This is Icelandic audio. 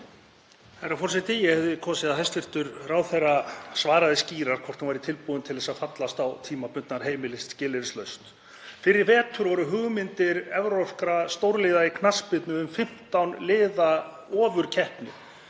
Herra forseti. Ég hefði kosið að hæstv. ráðherra svaraði skýrar, hvort hún væri tilbúin til að fallast á tímabundnar heimildir skilyrðislaust. Fyrr í vetur voru hugmyndir evrópskra stórliða í knattspyrnu um 15 liða ofurkeppni